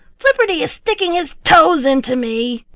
flipperty is sticking his toes into me.